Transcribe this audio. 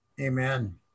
Amen